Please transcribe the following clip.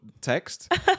text